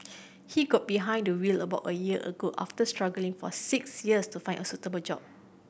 he got behind the wheel about a year ago after struggling for six years to find a suitable job